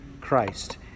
Christ